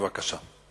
בבקשה.